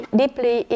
deeply